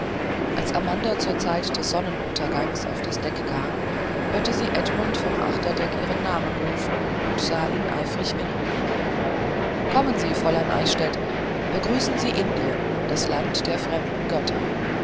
als amanda zur zeit des sonnenunterganges auf das deck kam hörte sie edmund vom achterdeck ihren namen rufen und sah ihn eifrig winken kommen sie fräulein eichstädt begrüßen sie indien das land der fremden götter